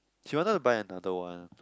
she wanted to buy another one